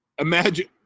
Imagine